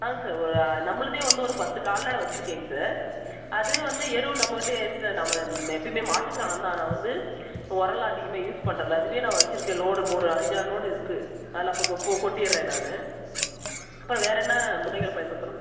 ஆமாங்க சார் ஒரு நம்மளுதே வந்து ஒரு பத்து கால்நடை வைச்சிருக்கேங்க சார் அதுவே வந்து எரு நம்மக்கிட்டேயே இருக்குது சார் நம்ம எப்பையுமே மாட்டு சாணந்தான் நான் வந்து உரம்லாம் அதிகமாக யூஸ் பண்ணுறது அதுவே நான் வைச்சிருக்கேன் லோடு ஒரு அஞ்சாறு லோடு இருக்குது அதில் அப்பப்போ கொட்டிடுறேன் நான் அப்புறம் வேறு என்ன முறைகள் பயன்படுத்தணும்